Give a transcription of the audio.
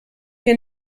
wir